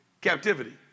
Captivity